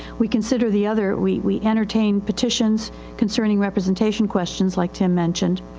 we consider the other, we, we entertain petitions concerning representation questions like tim mentioned.